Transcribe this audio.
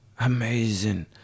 amazing